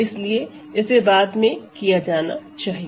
इसीलिए इसे बाद में किया जाना चाहिए